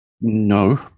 No